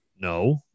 no